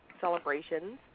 celebrations